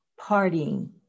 partying